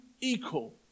equal